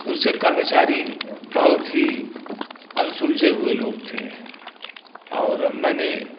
उसके कर्मचारी बहुत ही अनसुलझे हुए लोग थे और मैंने